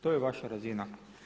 To je vaša razina.